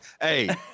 Hey